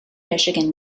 michigan